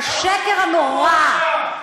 השקר הנורא.